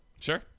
Sure